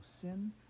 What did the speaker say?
sin